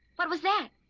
what was that